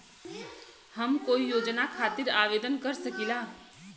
हम कोई योजना खातिर आवेदन कर सकीला?